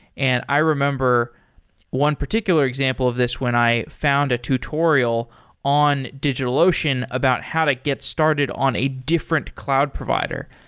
and i remember one particular example of this when i found a tutorial on digitalocean about how to get started on a different cloud provider.